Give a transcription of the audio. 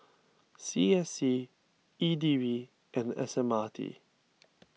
C S C E D B and S M R T